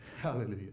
Hallelujah